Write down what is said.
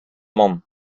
mamm